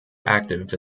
active